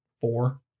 four